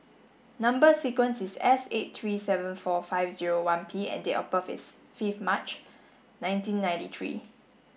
number sequence is S eight three seven four five zero one P and date of birth is fifth March nineteen ninety three